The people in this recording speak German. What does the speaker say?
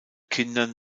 kindern